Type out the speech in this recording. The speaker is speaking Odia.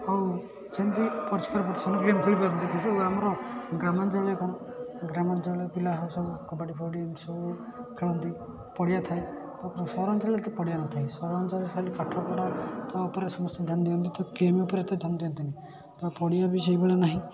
ଆଉ ସେମିତି ପରିଷ୍କାର ପରିଚ୍ଛନ୍ନ ଗେମ୍ ଖେଳିପାରନ୍ତି ଏ ଯେଉଁ ଆମର ଗ୍ରାମାଞ୍ଚଳରେ ଗ୍ରାମାଞ୍ଚଳରେ ପିଲା ଆଉ ସବୁ କବାଡ଼ିଫବାଡ଼ି ଏମିତି ସବୁ ଖେଳନ୍ତି ପଡ଼ିଆ ଥାଏ ତା'ପରେ ସହରାଞ୍ଚଳରେ ତ ପଡ଼ିଆ ନ ଥାଏ ସହରାଞ୍ଚଳରେ ଖାଲି ପାଠପଢ଼ା ଉପରେ ସମସ୍ତେ ଧ୍ୟାନ ଦିଅନ୍ତି ତ ଗେମ୍ ଉପରେ ଏତେ ଧ୍ୟାନ ଦିଅନ୍ତିନି ତ ପଡ଼ିଆ ବି ସେଇଭଳି ନାହିଁ